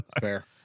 fair